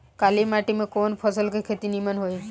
काली माटी में कवन फसल के खेती नीमन होई?